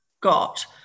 got